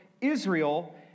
Israel